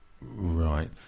right